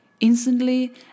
Instantly